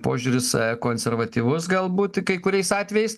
požiūris konservatyvus galbūt kai kuriais atvejais